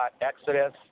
Exodus